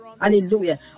Hallelujah